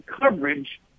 coverage